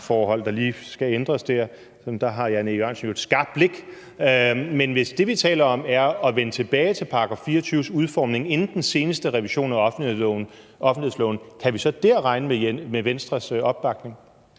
der lige skal ændres her, og der har hr. Jan E. Jørgensen jo et skarpt blik – at det, vi taler om, er at vende tilbage til § 24's udformning inden den seneste revision af offentlighedsloven? Kan vi så dér regne med Venstres opbakning?